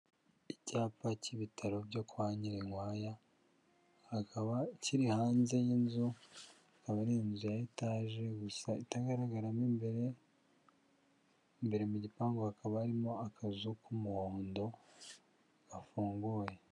Icyapa cy'ibitaro byo kwa Nyirinkwaya, hakaba kiri hanze y'inzu, akaba ari inzu ya etaje gusa itagaragara mo imbere, imbere mu gipangu hakaba harimo akazu k'umuhondo gafunguye.